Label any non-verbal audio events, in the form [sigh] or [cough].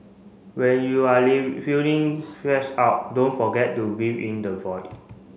when you are [unintelligible] feeling stress out don't forget to breathe in the void